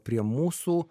prie mūsų